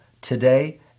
today